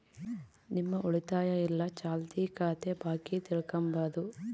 ನಿಮ್ಮ ಉಳಿತಾಯ ಇಲ್ಲ ಚಾಲ್ತಿ ಖಾತೆ ಬಾಕಿ ತಿಳ್ಕಂಬದು